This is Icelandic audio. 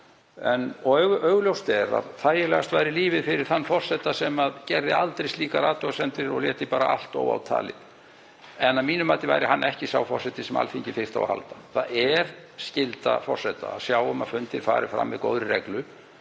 Augljóst er að þægilegast væri lífið fyrir þann forseta sem gerði aldrei slíkar athugasemdir og léti bara allt óátalið en að mínu mati væri hann ekki sá forseti sem Alþingi þyrfti á að halda. Það er skylda forseta að sjá um að fundir fari fram með góðri reglu